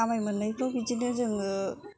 आमाय मोन्नायफ्राव बिदिनो जोङो